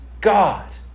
God